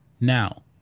Now